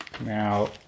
Now